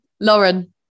Lauren